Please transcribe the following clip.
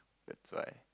that's why